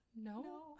no